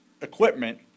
equipment